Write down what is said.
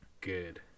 good